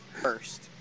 First